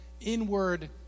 inward